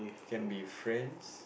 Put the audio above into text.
can be friends